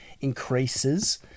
increases